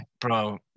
bro